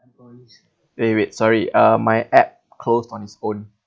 wait wait sorry uh my app closed on its own